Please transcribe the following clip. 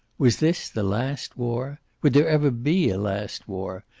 was this the last war? would there ever be a last war?